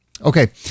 okay